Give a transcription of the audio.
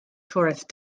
tourist